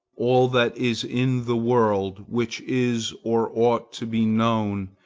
all that is in the world, which is or ought to be known,